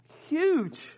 Huge